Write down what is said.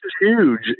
huge